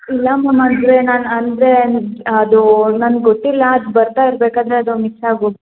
ಇಲ್ಲ ಮ್ಯಾಮ್ ಆದರೆ ನಾನು ಅಂದರೆ ಅದು ನಂಗೆ ಗೊತ್ತಿಲ್ಲ ಅದು ಬರ್ತಾ ಇರಬೇಕಾದ್ರೆ ಅದು ಮಿಸ್ ಆಗೋ